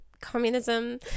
communism